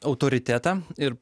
autoritetą ir